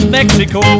Mexico